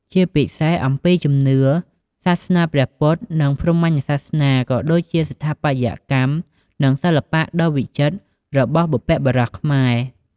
ជាពិសេសអំពី ជំនឿសាសនាព្រះពុទ្ធ និងព្រហ្មញ្ញសាសនា ក៏ដូចជា ស្ថាបត្យកម្ម និងសិល្បៈ ដ៏វិចិត្ររបស់បុព្វបុរសខ្មែរ។